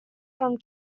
from